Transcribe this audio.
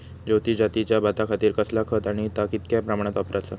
ज्योती जातीच्या भाताखातीर कसला खत आणि ता कितक्या प्रमाणात वापराचा?